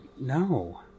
no